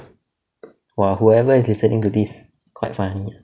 !wah! whoever is listening to this quite funny